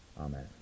amen